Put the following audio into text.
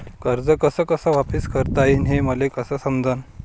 कर्ज कस कस वापिस करता येईन, हे मले कस समजनं?